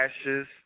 ashes